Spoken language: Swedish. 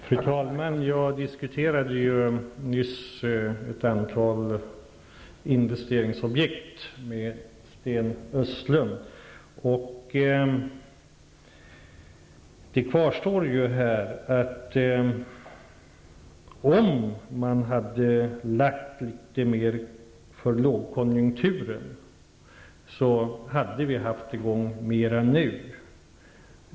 Fru talman! Jag diskuterade nyss ett antal investeringsobjekt med Sten Östlund. Faktum kvarstår: Om man hade satsat mer före lågkonjunkturen, hade vi nu haft i gång mer.